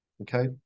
Okay